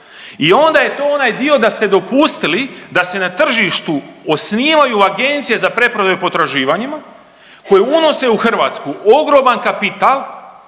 i onda je to onaj dio da ste dopustili da se na tržištu osnivaju Agencije za preprodaju potraživanjima koje unose u Hrvatsku ogroman kapital,